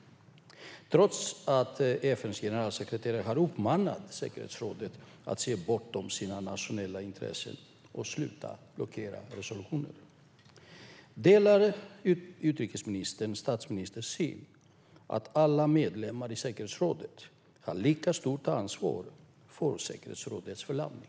Detta görs trots att FN:s generalsekreterare har uppmanat säkerhetsrådet att se bortom sina nationella intressen och sluta blockera resolutioner. Delar utrikesministern statsministerns syn att alla medlemmar i säkerhetsrådet har lika stort ansvar för säkerhetsrådets förlamning?